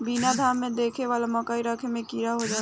बीना घाम देखावले मकई रखे पर कीड़ा हो जाला